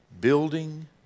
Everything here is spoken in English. Building